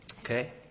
Okay